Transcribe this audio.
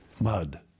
Mud